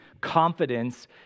confidence